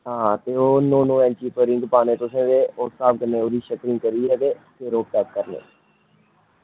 ते ओह् नौ नौ इंच दे सरिये पाने तुसें ते उस स्हाब कन्नै ओह्दी शैटरिंग करियै ते फिर ओह् पैक करने